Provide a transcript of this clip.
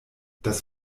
das